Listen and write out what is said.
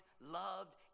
loved